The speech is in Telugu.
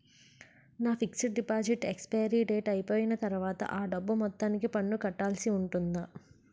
నా ఫిక్సడ్ డెపోసిట్ ఎక్సపైరి డేట్ అయిపోయిన తర్వాత అ డబ్బు మొత్తానికి పన్ను కట్టాల్సి ఉంటుందా?